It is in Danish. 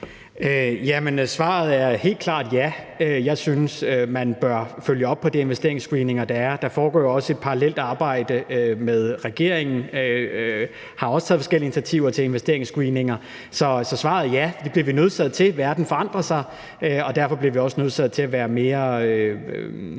svaret er helt klart ja. Jeg synes, man bør følge op på de investeringsscreeninger, der er. Der foregår jo også et parallelt arbejde, hvor regeringen også har taget forskellige initiativer til investeringsscreeninger. Så svaret er ja, det bliver vi nødsaget til. Verden forandrer sig, og derfor bliver vi også nødsaget til at være mere